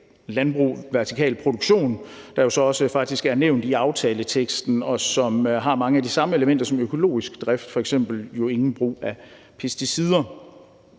landbrug, vertikal produktion, der jo så også faktisk er nævnt i aftaleteksten, og som har mange af de samme elementer som økologisk drift, f.eks. at der jo ikke er nogen brug af pesticider.